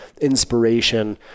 inspiration